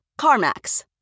CarMax